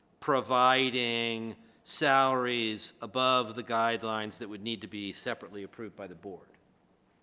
providing salaries above the guidelines that would need to be separately approved by the board